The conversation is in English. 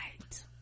Right